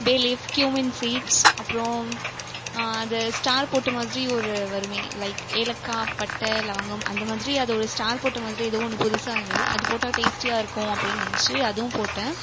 பே leaf cumin seeds அப்புறம் அது star போட்ட மாதிரி ஒரு வருமே லைக் ஏலக்காய் பட்டை லவங்கம் அந்த மாதிரி அது ஒரு ஸ்டார் போட்ட மாதிரி ஏதோ ஒன்று புதுசாக இருந்தது அது போட்டால் டேஸ்ட்டியாக இருக்கும் அப்படின்னு நினைச்சி அதுவும் போட்டேன்